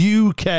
UK